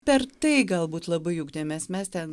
per tai galbūt labai ugdėmes mes ten